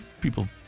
people